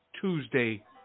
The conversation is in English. Tuesday